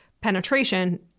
penetration